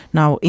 now